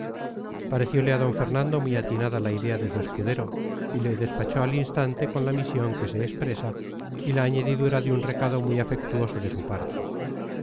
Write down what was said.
contentas pareciole a d fernando muy atinada la idea de su escudero y le despachó al instante con la misión que se expresa y la añadidura de un recado muy afectuoso de su parte